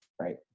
right